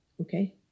okay